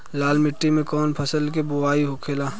लाल मिट्टी में कौन फसल के बोवाई होखेला?